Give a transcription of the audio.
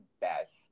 best